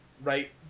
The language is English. right